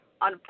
on